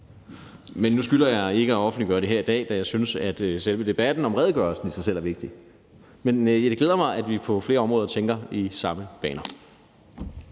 Men nu skylder jeg ikke at offentliggøre det her i dag, da jeg synes, at selve debatten om redegørelsen i sig selv er vigtig. Men det glæder mig, at vi på flere områder tænker i samme baner.